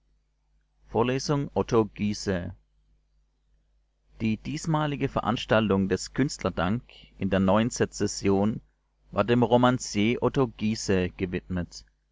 vorlesung otto gysae die diesmalige veranstaltung des künstlerdank in der neuen sezession war dem romancier otto gysae gewidmet